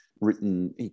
written